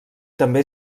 també